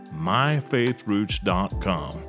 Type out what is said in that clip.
MyFaithRoots.com